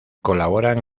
colaboran